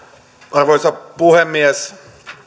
arvoisa puhemies